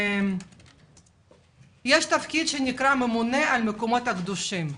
הממונה על המקומות הקדושים.